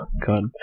God